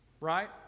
right